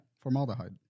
Formaldehyde